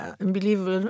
unbelievable